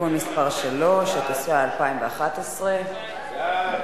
(תיקון מס' 3), התשע"א 2011. סעיף